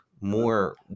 more